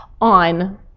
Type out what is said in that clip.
on